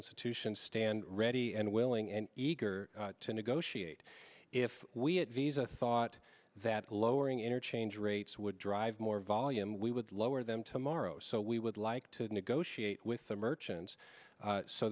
institutions stand ready and willing and eager to negotiate if we at visa thought that lowering interchange rates would drive more volume we would lower them tomorrow so we would like to negotiate with the merchants